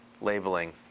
labeling